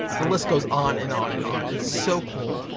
the list goes on, and on, and on. it's so cool.